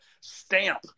stamp